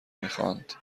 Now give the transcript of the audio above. میخواند